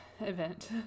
event